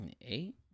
Eight